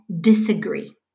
disagree